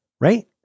right